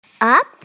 Up